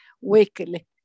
weekly